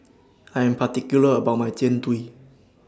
I Am particular about My Jian Dui